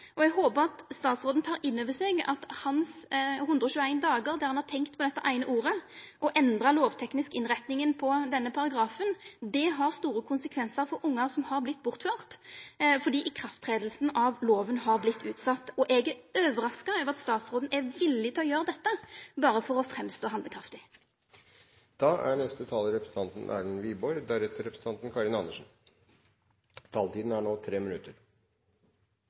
Eg håpar at statsråden tek innover seg at dei 121 dagane hans, då han har tenkt på dette eine ordet og lovteknisk endra innrettinga på denne paragrafen, har hatt store konsekvensar for ungar som har vorte bortførte, fordi det har vorte utsett at loven skal ta til å gjelda. Eg er overraska over at statsråden er villig til å gjera dette berre for å